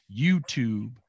YouTube